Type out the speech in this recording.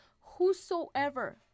whosoever